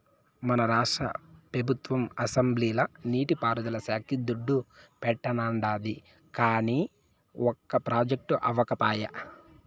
మన రాష్ట్ర పెబుత్వం అసెంబ్లీల నీటి పారుదల శాక్కి దుడ్డు పెట్టానండాది, కానీ ఒక ప్రాజెక్టు అవ్యకపాయె